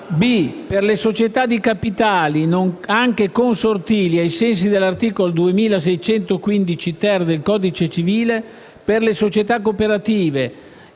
per le società di capitali anche consortili ai sensi dell'articolo 2615-*ter* del codice civile, per le società cooperative,